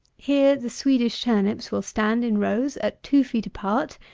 here the swedish turnips will stand in rows at two feet apart,